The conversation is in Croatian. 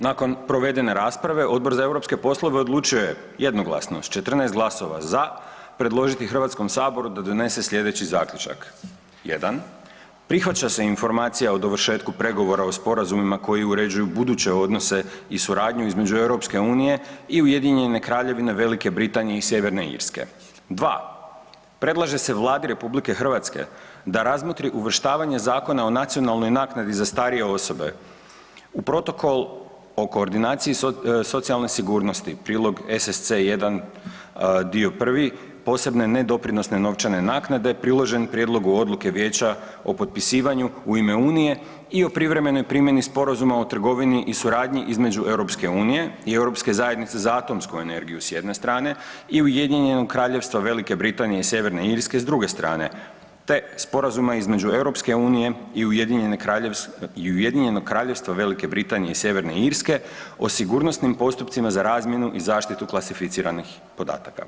Nakon provedene rasprave, Odbor za europske poslove odlučio je jednoglasno s 14 glasova za predložiti HS-u da donese sljedeći Zaključak: 1. Prihvaća se Informacija o dovršetku pregovora o sporazumima koji uređuju buduće odnose i suradnju između Europske unije i Ujedinjene Kraljevine Velike Britanije i Sjeverne Irske, 2. Predlaže se Vladi RH da razmotri uvrštavanje Zakona o nacionalnoj naknadi za starije osobe u Protokol o koordinaciji socijalne sigurnosti, prilog SSC.1, dio prvi, posebne nedoprinosne novčane naknade, priložen prijedlogu odluke Vijeća o potpisivanju u ime unije i o privremenoj primjeni Sporazuma o trgovini i suradnji između EU i Europske zajednice za atomsku energiju s jedne strane i Ujedinjenog Kraljevstva Velike Britanije i Sjeverne Irske s druge strane, te Sporazuma između EU i Ujedinjenog Kraljevstva Velike Britanije i Sjeverne Irske o sigurnosnim postupcima za razmjenu i zaštitu klasificiranih podataka.